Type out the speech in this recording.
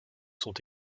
sont